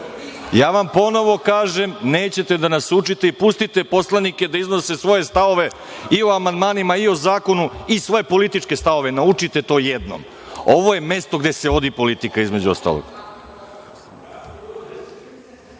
Ja vam ponovo kažem – nećete da nas učite i pustite poslanike da iznose svoje stavove i o amandmanima i o zakonu i svoje političke stavove. Naučite to jednom. Ovo je mesto gde se vodi politika, između